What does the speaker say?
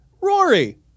rory